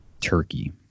turkey